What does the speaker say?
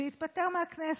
שיתפטר מהכנסת.